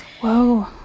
Whoa